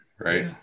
Right